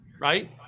right